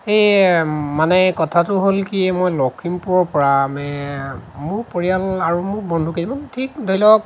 এই মানে কথাটো হ'ল কি মই লখিমপুৰৰ আমি পৰা মোৰ পৰিয়াল আৰু মোৰ বন্ধু কেইজনমান ঠিক ধৰি লওক